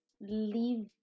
leave